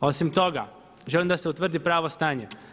A osim toga želim da se utvrdi pravo stanje.